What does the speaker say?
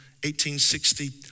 1860